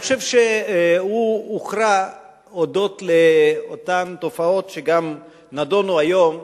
אני חושב שהוא הוכרע הודות לאותן תופעות שגם נדונו היום.